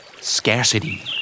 Scarcity